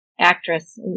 actress